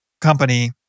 company